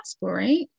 right